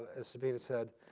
as sabrina said,